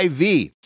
IV